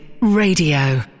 Radio